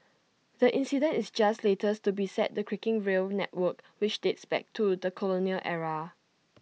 the incident is just latest to beset the creaking rail network which dates back to the colonial era